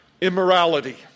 immorality